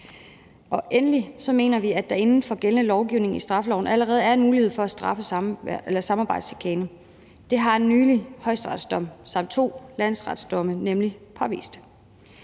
endelig mener vi, at der inden for gældende lovgivning i straffeloven allerede er en mulighed for at straffe i forbindelse med samarbejdschikane. Det har en nylig højesteretsdom samt to landsretsdomme nemlig påvist.